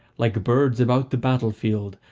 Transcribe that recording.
like birds about the battle-field,